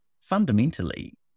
fundamentally